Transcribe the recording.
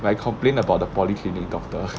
what I complain about the polyclinic doctor